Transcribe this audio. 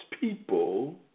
people